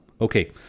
Okay